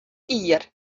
jier